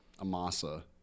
Amasa